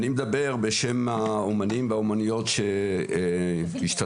אני מדבר בשם האומנים והאומנויות -- תפקידך